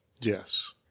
Yes